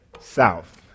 south